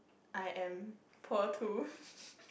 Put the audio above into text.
I am poor too